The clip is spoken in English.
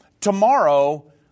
Tomorrow